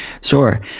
Sure